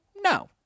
No